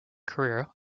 career